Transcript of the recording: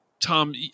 Tom